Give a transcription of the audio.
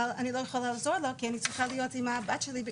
אבל אני לא יכולה לעזור לו כי אני צריכה להיות עם הבת שלי.